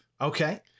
Okay